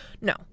no